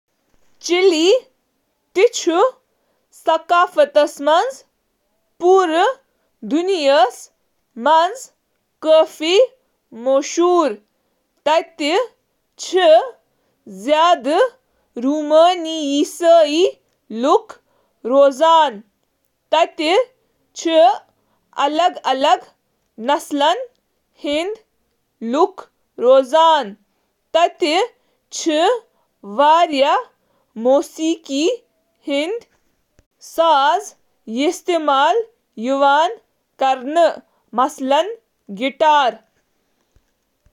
چلی ہنٛز ثقافت چِھ باقی جنوبی امریکہ کس سلسلس منٛز ملکچ آبٲدی تہٕ جغرافیائی تنہائی ہنٛز عکاسی کران۔ نوآبادیاتی دورٕ پیٹھہٕ، چلی ہنٛز ثقافت چِھ ہسپانوی نوآبادیاتی عناصرن ہنٛد مرکب رودمُت یتھ منٛز مقأمی, زیادٕ تر ماپوچی, ثقافتک عناصرن سۭتۍ سۭتۍ باقی تارکین وطن ثقافتن ہنٛد تہٕ چُھ۔